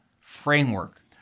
framework